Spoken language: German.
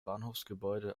bahnhofsgebäude